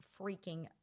freaking